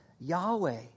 Yahweh